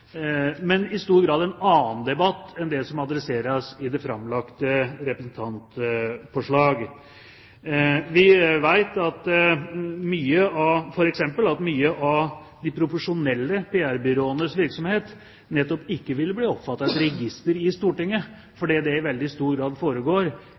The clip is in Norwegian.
men i stor grad en annen debatt enn det som adresseres i det framlagte representantforslaget. Vi vet f.eks. at mye av de profesjonelle PR-byråenes virksomhet nettopp ikke ville bli omfattet av et register i Stortinget,